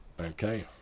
Okay